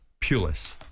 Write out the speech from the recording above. Pulis